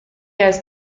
has